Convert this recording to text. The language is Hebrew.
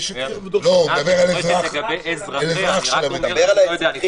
הוא מדבר על אזרח של המדינה.